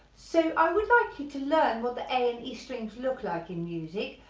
so i would like you to learn what the a and e strings look like in music,